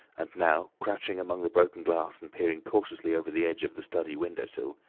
and now crouching among the broken glass and peering cautiously over the edge of the study window sill,